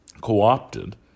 co-opted